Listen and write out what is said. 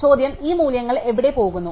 ചോദ്യം ഈ മൂല്യങ്ങൾ എവിടെ പോകുന്നു